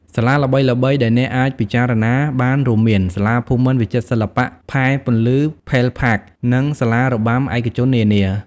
សាលាល្បីៗដែលអ្នកអាចពិចារណាបានរួមមាន សាលាភូមិន្ទវិចិត្រសិល្បៈ ផែពន្លឺ ផេលផាក និងសាលារបាំឯកជននានា។